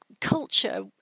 culture